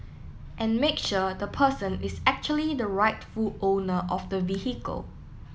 and make sure the person is actually the rightful owner of the vehicle